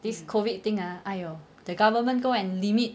this COVID thing ah !aiyo! the government go and limit